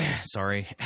Sorry